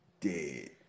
Dead